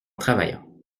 travaillant